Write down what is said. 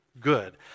good